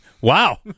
Wow